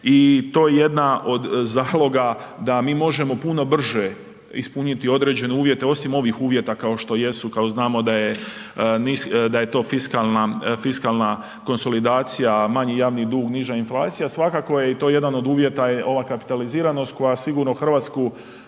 i to je jedna od zaloga da mi možemo puno brže ispuniti određene uvjete osim ovih uvjeta kao što jesu kad znamo da je to fiskalna konsolidacija, manji javni dug, niža inflacija, svakako je i to jedan od uvjeta je ova kapitaliziranost koja sigurno RH za